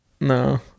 no